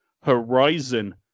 horizon